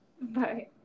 bye